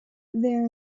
there